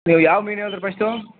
ನೀವು ಯಾವ ಮೀನು ಹೇಳಿದ್ರಿ ಫಸ್ಟು